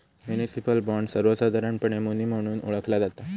municipal bond, सर्वोसधारणपणे muni म्हणून ओळखला जाता